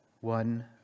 one